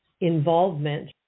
involvement